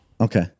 Okay